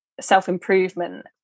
self-improvement